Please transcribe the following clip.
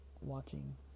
watching